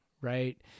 right